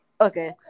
okay